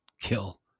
kill